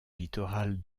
littorale